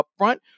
upfront